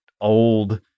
old